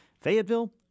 Fayetteville